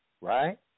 right